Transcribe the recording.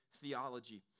theology